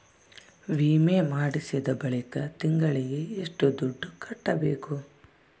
ವಿಮೆ ಮಾಡಿಸಿದ ಬಳಿಕ ತಿಂಗಳಿಗೆ ಎಷ್ಟು ದುಡ್ಡು ಕಟ್ಟಬೇಕು?